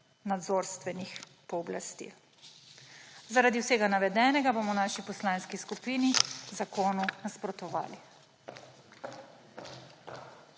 nadzorstvenih pooblastil. Zaradi vsega navedenega bomo v naši poslanski skupini zakonu nasprotovali.